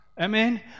Amen